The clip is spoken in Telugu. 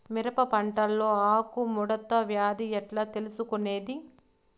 మిరప పంటలో ఆకు ముడత వ్యాధి ఎట్లా తెలుసుకొనేది?